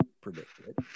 predicted